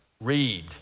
Read